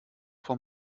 vor